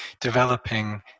developing